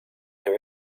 her